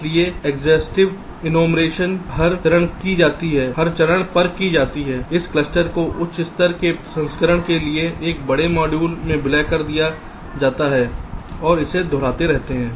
इसलिए exhaustive enumeration हर चरण पर की जाती है इस क्लस्टर को उच्च स्तर के प्रसंस्करण के लिए एक बड़े मॉड्यूल में विलय कर दिया जाता है और इसे दोहराते हैं